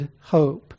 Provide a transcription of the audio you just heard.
hope